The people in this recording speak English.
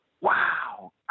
wow